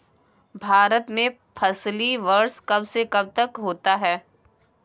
भारत में फसली वर्ष कब से कब तक होता है?